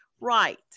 Right